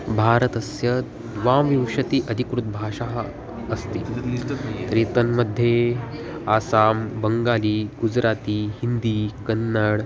भारतस्य द्वाविंशत्यधिका भाषा अस्ति तर्हि तन्मध्ये आसां बङ्गाली गुजराती हिन्दी कन्नडा